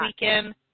weekend